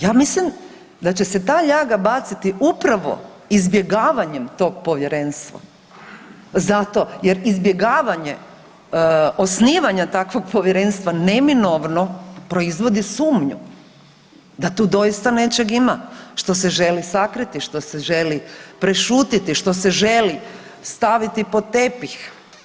Ja mislim da će se ta ljaga baciti upravo izbjegavanjem tog Povjerenstva zato jer izbjegavanje osnivanja takvog Povjerenstva neminovno proizvodi sumnju da tu doista nečega ima što se želi sakriti, što se želi prešutjeti, što se želi staviti pod tepih.